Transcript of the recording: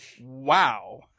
wow